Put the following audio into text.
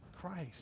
Christ